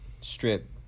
strip